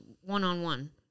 one-on-one